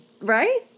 Right